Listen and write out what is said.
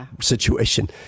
situation